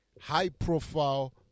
high-profile